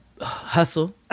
hustle